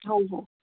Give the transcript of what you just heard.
हो हो